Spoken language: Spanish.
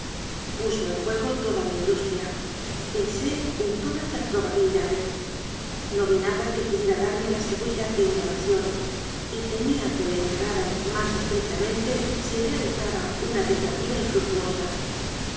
puse en juego toda mi indus tria pensé en todas las probabilidades no vi nada que pudiera darme la seguridad de una evasión y temía que me encerraran más estrechamente si realizaba una tentativa infructuosa